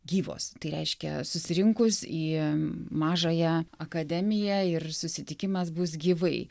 gyvos tai reiškia susirinkus į mažąją akademiją ir susitikimas bus gyvai